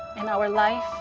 in our life,